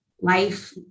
life